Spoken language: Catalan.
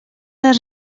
les